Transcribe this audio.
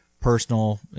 personal